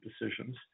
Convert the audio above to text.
decisions